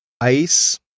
ice